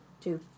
Two